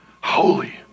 holy